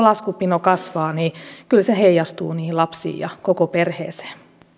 laskupino kasvaa niin kyllä se heijastuu lapsiin ja koko perheeseen